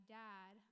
dad